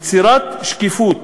יצירת שקיפות,